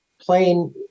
Plain